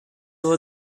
over